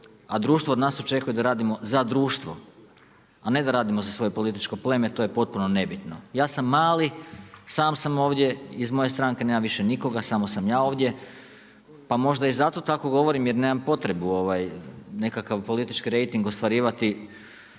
a društvo od nas očekuje da radimo za društvo, a ne da radimo za svoje političko pleme, to je potpuno nebitno. Ja sam mali sam sam ovdje, iz moje stranke više nema nikoga samo sam ja ovdje, pa možda i zato tamo govorim jer nemam potrebu nekakav politički rejting ostvarivati